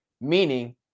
Meaning